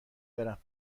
برم